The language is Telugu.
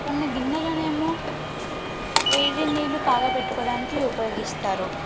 కొన్ని గిన్నెలను ఏమో వేడి నీళ్ళు కాగపెట్టుకోవడానికి ఉపయోగిస్తారు